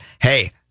hey